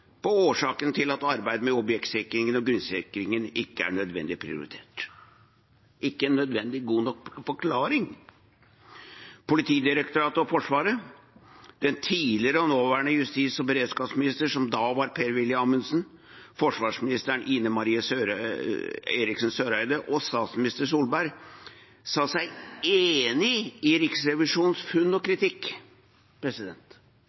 på årsaken til at arbeidet med objektsikringen og grunnsikringen ikke er nødvendig prioritert – ikke en nødvendig og god nok forklaring. Politidirektoratet og Forsvaret, den nåværende og den tidligere justis- og beredskapsministeren, som da var Per-Willy Amundsen, daværende forsvarsminister Ine Marie Eriksen Søreide og statsminister Solberg sa seg enig i Riksrevisjonens funn og